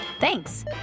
Thanks